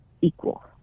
equal